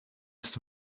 ist